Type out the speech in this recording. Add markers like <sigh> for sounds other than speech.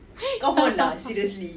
<laughs>